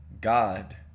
God